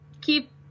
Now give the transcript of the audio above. keep